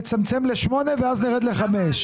נצמצם ל-8 ואז נרד ל-5.